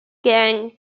gang